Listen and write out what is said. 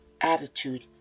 attitude